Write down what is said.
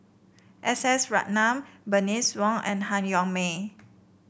S S Ratnam Bernice Wong and Han Yong May